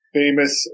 famous